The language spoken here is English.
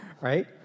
right